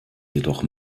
jedoch